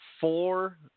four